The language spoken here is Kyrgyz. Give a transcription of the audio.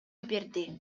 берди